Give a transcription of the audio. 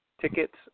tickets